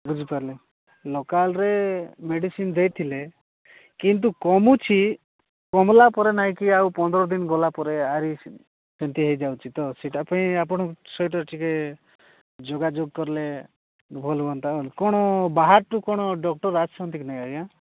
ବୁଝିପାରିଲେ ଲୋକାଲରେ ମେଡିସିନ୍ ଦେଇଥିଲେ କିନ୍ତୁ କମୁଛି କମିଲା ପରେ ନାଇଁକି ଆଉ ପନ୍ଦର ଦିନ ଗଲା ପରେ ଆଉ ସେମିତି ହୋଇଯାଉଛି ତ ସେଟା ପାଇଁ ଆପଣ ସେଠି ଟିକେ ଯୋଗାଯୋଗ କଲେ ଭଲ ହୁଅନ୍ତା ବୋଲିଲେ କ'ଣ ବାହାରୁ କ'ଣ ଡକ୍ଟର ଆସୁଛନ୍ତି କି ନାହିଁ ଆଜ୍ଞା